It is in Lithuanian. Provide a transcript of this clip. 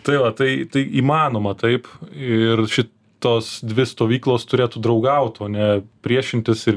tai va tai tai įmanoma taip ir šitos dvi stovyklos turėtų draugaut o ne priešintis ir